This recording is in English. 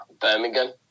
Birmingham